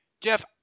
Jeff –